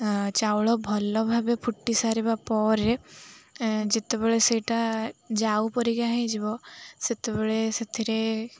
ଚାଉଳ ଭଲ ଭାବେ ଫୁଟି ସାରିବା ପରେ ଯେତେବେଳେ ସେଇଟା ଯାଉ ପରିକା ହୋଇଯିବ ସେତେବେଳେ ସେଥିରେ